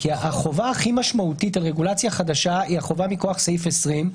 החובה הכי משמעותית על רגולציה חדשה היא החובה מכוח סעיף 20,